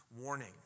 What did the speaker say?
warning